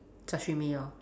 sashimi lor